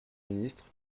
ministre